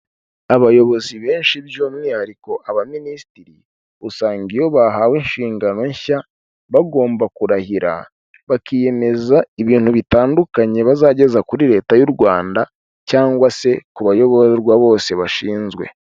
Abayobozi benshi by'umwihariko aba Minisitiri, usanga iyo bahawe inshingano nshya bagomba kurahira bakiyemeza ibintu bitandukanye bazageza kuri leta y'u Rwanda, cyangwa se ku bayoborwa bose bashinzwe.